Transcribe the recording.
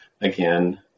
again